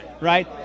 right